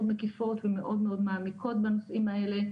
מקיפות ומאוד מאוד מעמיקות בנושאים האלה,